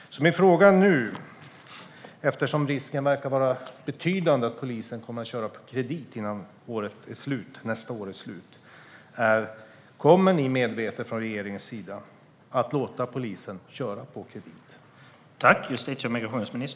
Eftersom risken verkar betydande att polisen kommer att köra på kredit innan nästa år är slut är min fråga: Kommer regeringen medvetet att låta polisen köra på kredit?